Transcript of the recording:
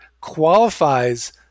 qualifies